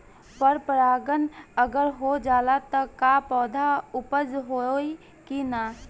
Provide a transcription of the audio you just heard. पर परागण अगर हो जाला त का पौधा उपज होई की ना?